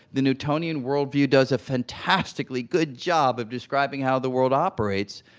the newtonian world-view does a fantastically good job of describing how the world operates,